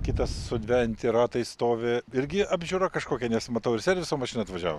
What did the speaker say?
kitas sudvejinti ratai stovi irgi apžiūra kažkokia nes matau ir serviso mašina atvažiavo